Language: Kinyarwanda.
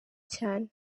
cyane